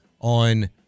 on